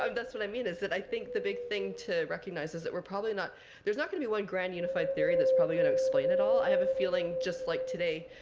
um that's what i mean, is that i think the big thing to recognize is that we're probably not there's not going to be one grand unified theory that's probably going to explain it all. i have a feeling just like today,